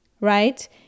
Right